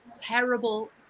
terrible